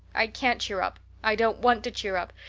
i can't cheer up i don't want to cheer up.